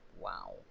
Wow